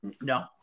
No